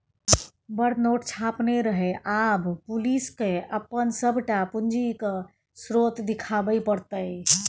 बड़ नोट छापने रहय आब पुलिसकेँ अपन सभटा पूंजीक स्रोत देखाबे पड़तै